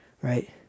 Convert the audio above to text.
Right